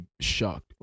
shocked